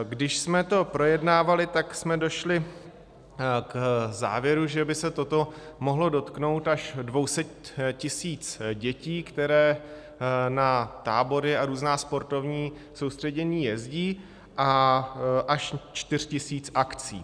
Když jsme to projednávali, tak jsme došli k závěru, že by se toto mohlo dotknout až 200 tisíc dětí, které na tábory a různá sportovní soustředění jezdí, a až čtyř tisíc akcí.